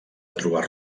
trobar